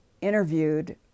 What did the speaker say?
interviewed